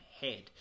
head